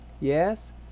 Yes